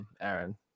Aaron